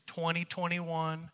2021